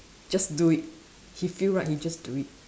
just do it he feel right he just do it